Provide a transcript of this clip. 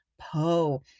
Poe